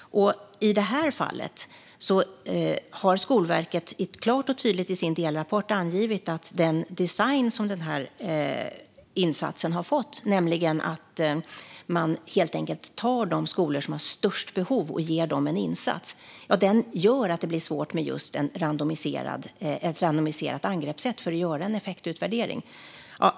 I detta fall har Skolverket i sin delrapport klart och tydligt angivit att den design som denna insats har fått, nämligen att de skolor som har störst behov får en insats, gör att det blir svårt med ett randomiserat angreppssätt vid en effektutvärdering.